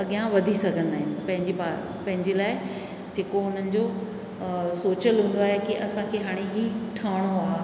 अॻियां वधी सघंदा आहिनि पंहिंजे लाइ जेको हुननि जो सोच रहंदो आहे कि असांखे हाणे ई ठहणो आहे